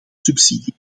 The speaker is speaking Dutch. subsidie